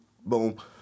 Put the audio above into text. boom